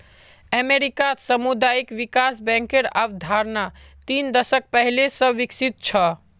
अमेरिकात सामुदायिक विकास बैंकेर अवधारणा तीन दशक पहले स विकसित छ